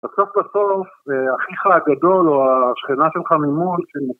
בסוף בסוף אחיך הגדול או השכנה שלך ממול